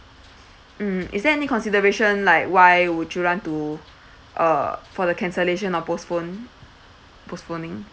mm is there any consideration like why would you want to uh for the cancellation or postpone postponing